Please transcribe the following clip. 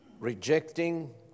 Rejecting